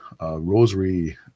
rosary